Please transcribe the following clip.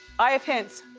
i have hints,